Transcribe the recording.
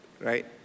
right